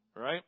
right